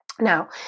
Now